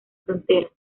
frontera